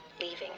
leaving